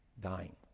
dying